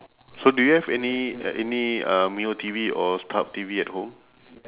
so do you have any any uh mio T_V or starhub T_V at home